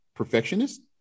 perfectionist